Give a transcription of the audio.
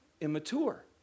immature